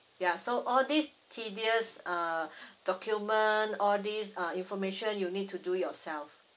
yeah so all these tedious uh document all these uh information you need to do yourself